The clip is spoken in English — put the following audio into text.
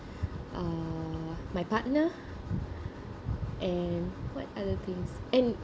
uh my partner and what other things and